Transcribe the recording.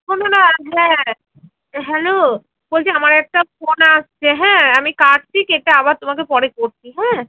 শোনো না হ্যাঁ হ্যালো বলছি আমার একটা ফোন আসছে হ্যাঁ আমি কাটছি কেটে আবার তোমাকে পরে করছি হ্যাঁ